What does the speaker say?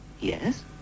Yes